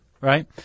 Right